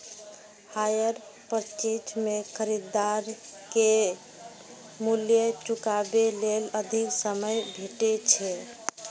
hire purchase मे खरीदार कें मूल्य चुकाबै लेल अधिक समय भेटै छै